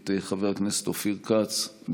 את חבר הכנסת אופיר כץ,